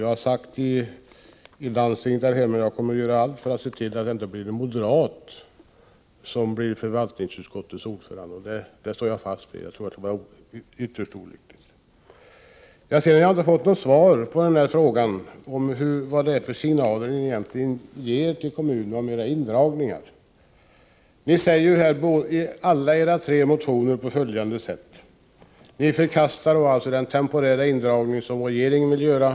Jag har sagt i landstinget där hemma att jag kommer att göra allt för att förvaltningsutskottets ordförande inte blir moderat. Det står jag fast vid. Det vore ytterst olyckligt. Jag har inte fått svar på frågan vad det är för signaler som ni egentligen ger till kommunerna om indragningar. Ni säger i alla era tre motioner att ni förkastar förslaget om den temporära indragning som regeringen vill göra.